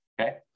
Okay